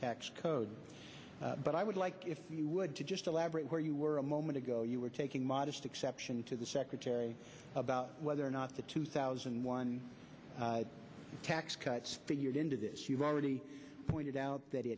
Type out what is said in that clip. tax code but i would like if you would to just elaborate where you were a moment ago you were taking modest exception to the secretary about whether or not the two thousand one hundred tax cuts figured into this you've already pointed out that